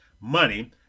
money